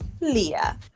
Leah